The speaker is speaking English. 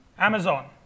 Amazon